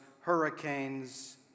hurricanes